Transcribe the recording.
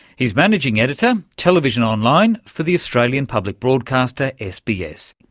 he's managing editor, television online, for the australian public broadcaster sbs.